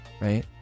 right